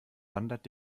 wandert